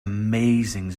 amazing